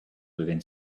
within